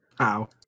Ow